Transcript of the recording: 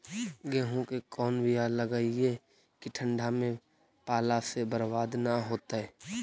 गेहूं के कोन बियाह लगइयै कि ठंडा में पाला से बरबाद न होतै?